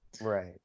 Right